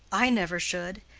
i never should.